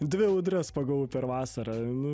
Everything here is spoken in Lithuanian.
dvi audras pagavau per vasarą